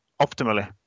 optimally